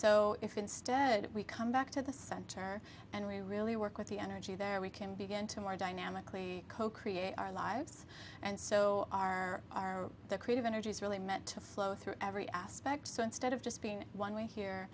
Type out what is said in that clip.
so if instead we come back to the center and we really work with the energy there we can begin to more dynamically co create our lives and so our our creative energy is really meant to flow through every aspect so instead of just being one